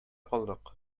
калдык